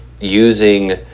using